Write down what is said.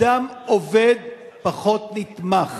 אדם עובד פחות נתמך.